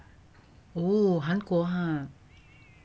oh 韩国 ha